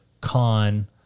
con